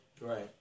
Right